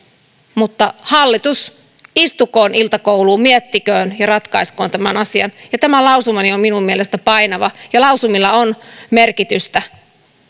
mutta hallitus istukoon iltukoulussa miettiköön ja ratkaiskoon tämän asian tämä lausumani on minun mielestäni painava ja lausumilla on merkitystä